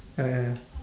ah ya